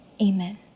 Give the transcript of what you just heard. Amen